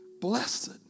Blessed